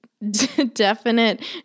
Definite